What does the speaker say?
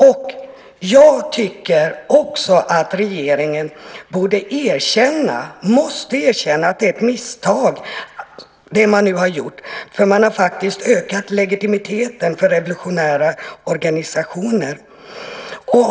Jag tycker att regeringen måste erkänna att det som man nu har gjort är ett misstag. Man har faktiskt ökat den här revolutionära organisationens legitimitet.